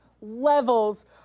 levels